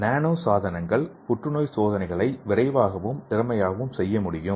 நானோ சாதனங்கள் புற்றுநோய் சோதனைகளை விரைவாகவும் திறமையாகவும் செய்ய முடியும்